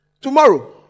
tomorrow